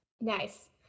Nice